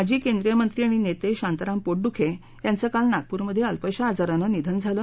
माजी केंद्रीय मंत्री आणि नेते शांताराम पोटदुखे यांचं काल नागप्रमध्ये अल्पशा आजाराने निधन झालं